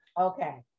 Okay